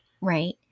Right